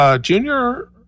Junior